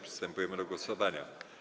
Przystępujemy do głosowania.